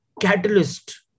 Catalyst